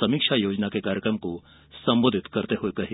समीक्षा योजना कार्यक्रम को संबोधित करते हुए कही